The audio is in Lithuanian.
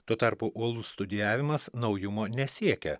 tuo tarpu uolus studijavimas naujumo nesiekia